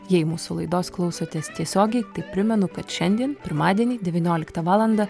jei mūsų laidos klausotės tiesiogiai tik primenu kad šiandien pirmadienį devynioliktą valandą